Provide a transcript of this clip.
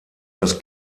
das